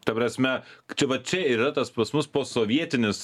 ta prasme k čia va čia yra tas pas mus posovietinis